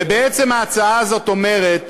ובעצם ההצעה הזו אומרת